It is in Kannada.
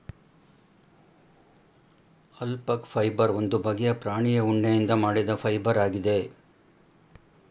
ಅಲ್ಪಕ ಫೈಬರ್ ಒಂದು ಬಗ್ಗೆಯ ಪ್ರಾಣಿಯ ಉಣ್ಣೆಯಿಂದ ಮಾಡಿದ ಫೈಬರ್ ಆಗಿದೆ